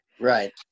Right